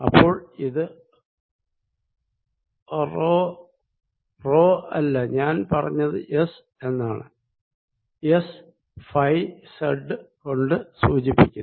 അപ്പോൾ ഇത് row row അല്ല ഞാൻ പറഞ്ഞത് എസ് എന്നാണ് എസ്ഫൈസെഡ് കൊണ്ട് സൂചിപ്പിക്കുന്നു